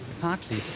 Partly